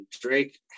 Drake